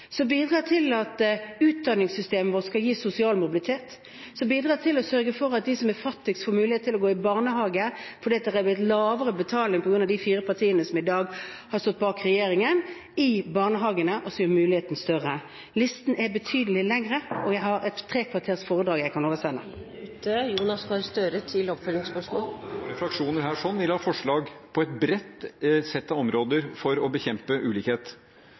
som bidrar til at utdanningssystemet vårt skal gi sosial mobilitet, som bidrar til å sørge for at de som er fattigst, får mulighet til å gå i barnehage fordi det er blitt lavere betaling på grunn av de fire partiene som i dag har stått bak regjeringen i spørsmålet om barnehagene, og som gjør muligheten større. Listen er betydelig lengre, og jeg har et tre kvarters foredrag jeg kan oversende. Alle våre fraksjoner her vil ha forslag på et bredt sett av områder for å bekjempe ulikhet.